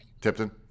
Tipton